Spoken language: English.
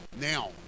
Now